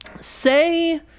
Say